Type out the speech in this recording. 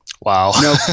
wow